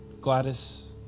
Gladys